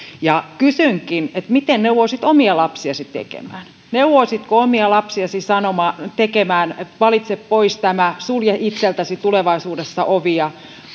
kysynkin miten neuvoisit omia lapsiasi tekemään neuvoisitko omia lapsiasi tekemään valitse pois tämä sulje itseltäsi tulevaisuudessa ovia